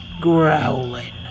growling